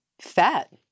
Fat